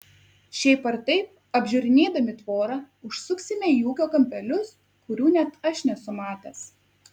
šiaip ar taip apžiūrinėdami tvorą užsuksime į ūkio kampelius kurių net aš nesu matęs